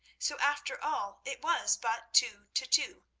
so after all it was but two to two,